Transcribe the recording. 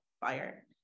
fire